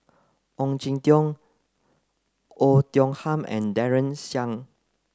Ong Jin Teong Oei Tiong Ham and Daren Shiau